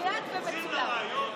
מוקלט ומצולם.